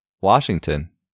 Washington